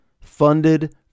funded